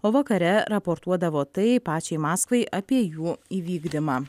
o vakare raportuodavo tai pačiai maskvai apie jų įvykdymą